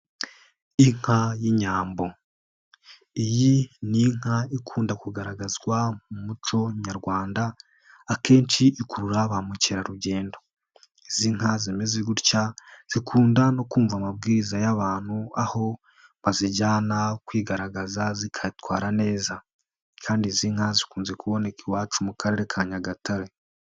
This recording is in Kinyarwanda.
Inka y'inyambo. Iyi ni inka ikunda kugaragazwa mu muco nyarwanda, akenshi ikurura ba mukerarugendo. Izi nka zimeze gutya, zikunda no kumva amabwiriza y'abantu, aho bazijyana kwigaragaza zikitwara neza kandi izi nka zikunze kuboneka iwacu mu Karere ka Nyagatare.